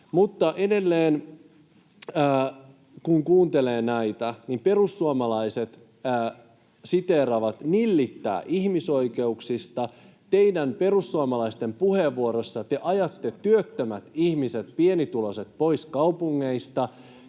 edelleen, kun kuuntelee näitä, niin perussuomalaiset siteeraavat: ”Nillittää ihmisoikeuksista.” Teidän perussuomalaisten puheenvuoroissa te ajatte työttömät ihmiset, pienituloiset pois kaupungeista.